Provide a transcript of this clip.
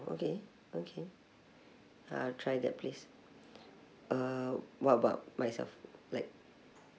okay okay I'll try that place uh what about myself like